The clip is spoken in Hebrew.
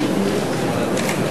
נא להצביע.